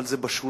אבל זה בשוליים.